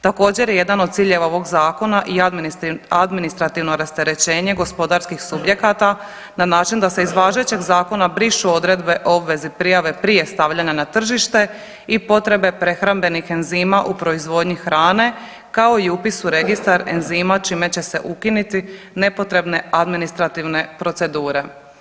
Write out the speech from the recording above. Također jedan od ciljeva ovog zakona i administrativno rasterećenje gospodarskih subjekata na način da se iz važećeg zakona brišu odredbe o obvezi prijave prije stavljanja na tržište i potrebe prehrambenih enzima u proizvodnji hrane kao i upis u registar enzima čime će se ukinuti nepotrebne administrativne procedure.